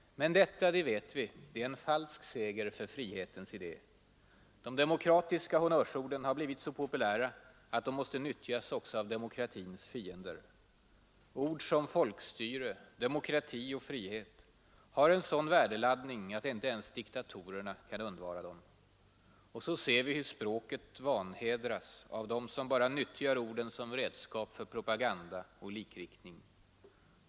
Men detta — det vet vi — är en falsk seger för frihetens idé. De demokratiska honnörsorden har blivit så populära att de måste nyttjas också av demokratins fiender. Ord som folkstyre, demokrati och frihet har en sådan värdeladdning att inte ens diktatorerna kan undvara dem. Och så ser vi hur språket vanhedras av dem som bara nyttjar orden som redskap för propaganda och likriktning.